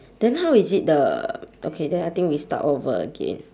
then how is it the okay then I think we start all over again